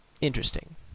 interesting